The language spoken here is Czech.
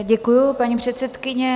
Děkuju, paní předsedkyně.